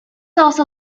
also